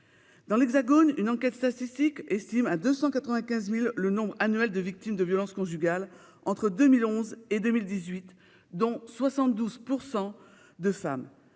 Dans l'Hexagone, une enquête statistique estime à 295 000 le nombre annuel de victimes de violences conjugales entre 2011 et 2018, dont 72 % de femmes.